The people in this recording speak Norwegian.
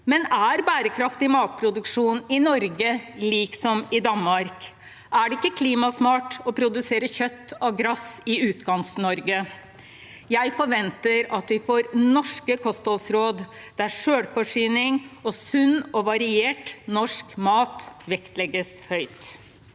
Men er bærekraftig matproduksjon i Norge lik som i Danmark? Er det ikke klimasmart å produsere kjøtt av gress i Utkant-Norge? Jeg forventer at vi får norske kostholdsråd, der selvforsyning og sunn og variert norsk mat vektlegges høyt.